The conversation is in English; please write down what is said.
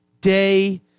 day